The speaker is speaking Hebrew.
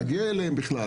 להגיע אליהם בכלל.